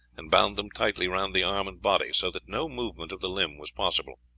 and bound them tightly round the arm and body, so that no movement of the limb was possible.